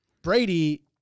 Brady